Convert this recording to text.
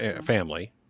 family